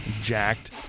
jacked